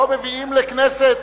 לא מביאים לכנסת,